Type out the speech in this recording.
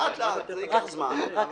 לאט לאט, זה ייקח זמן ...